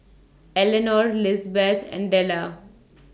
Elenor Lizbeth and Della